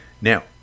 Now